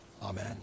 Amen